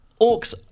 Orcs